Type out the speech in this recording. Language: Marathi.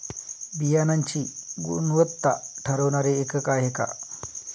बियाणांची गुणवत्ता ठरवणारे एकक आहे का?